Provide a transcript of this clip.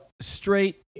straight